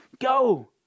Go